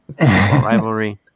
rivalry